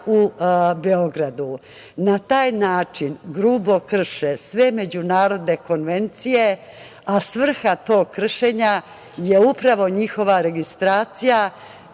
u Beogradu. Na taj način grubo krše sve međunarodne konvencije, a svrha tog kršenja je upravo njihova registracija